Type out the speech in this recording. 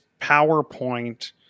PowerPoint